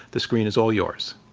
the screen is all yours.